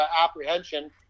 apprehension